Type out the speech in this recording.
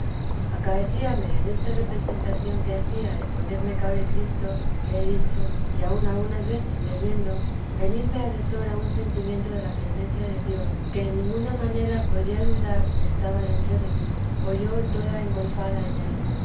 diré acaecíame en esta representación que hacía de ponerme cabe cristo que he dicho y aun algunas veces leyendo venirme a deshora un sentimiento de la presencia de dios que en ninguna manera podía dudar que teresa de jesús estaba dentro de mí o yo toda engolfada en él